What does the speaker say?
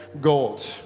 gold